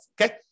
Okay